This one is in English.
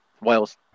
Wales